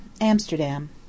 Amsterdam